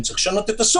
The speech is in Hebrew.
האם צריך לשנות את הסוג?